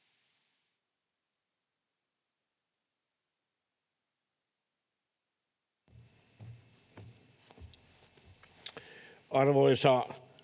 Arvoisa